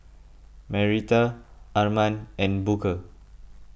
Marietta Arman and Booker